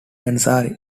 ansari